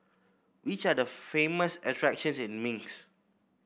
which are the famous attractions in Minsk